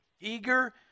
eager